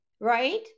right